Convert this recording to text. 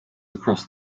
across